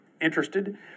interested